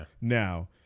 now